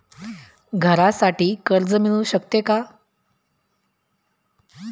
घरासाठी कर्ज मिळू शकते का?